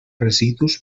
residus